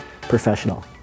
professional